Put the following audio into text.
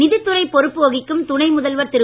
நிதித் துறைப் பொறுப்பு வகிக்கும் துணை முதல்வர் திரு